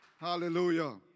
Hallelujah